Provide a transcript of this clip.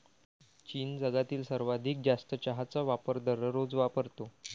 चीन जगातील सर्वाधिक जास्त चहाचा वापर दररोज वापरतो